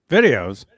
Videos